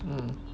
mm